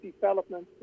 development